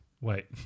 Wait